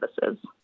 services